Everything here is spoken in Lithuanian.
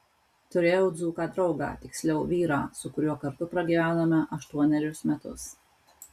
turėjau dzūką draugą tiksliau vyrą su kuriuo kartu pragyvenome aštuonerius metus